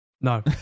No